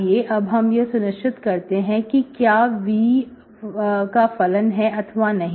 आइए अब हम यह सुनिश्चित करते हैं कि क्या यह v का फलन है अथवा नहीं